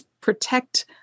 protect